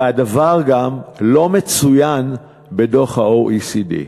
והדבר גם לא מצוין בדוח ה-OECD.